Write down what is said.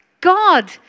God